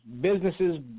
businesses